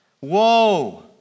Woe